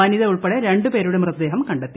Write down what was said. വനിത ഉൾപ്പെടെ രണ്ടുപേരുടെ മൃതദേഹം കണ്ടെത്തി